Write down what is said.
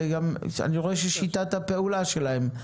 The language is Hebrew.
אני רואה שהיא שינתה את הפעולה שלהם,